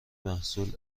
محصول